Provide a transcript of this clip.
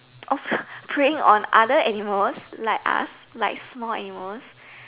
of preying on other animals like us like small animals